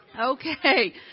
Okay